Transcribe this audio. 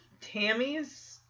Tammy's